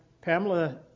pamela